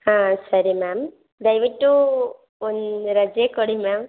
ಹಾಂ ಸರಿ ಮ್ಯಾಮ್ ದಯವಿಟ್ಟು ಒಂದು ರಜೆ ಕೊಡಿ ಮ್ಯಾಮ್